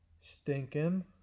stinking